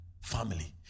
family